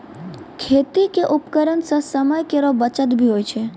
खेती क उपकरण सें समय केरो बचत भी होय छै